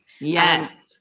Yes